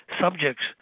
subjects